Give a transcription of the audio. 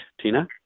Tina